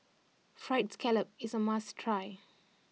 Fried Scallop is a must try